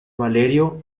valerio